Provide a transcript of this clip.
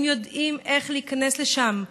הם יודעים איך להיכנס לשם,